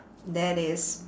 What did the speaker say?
that is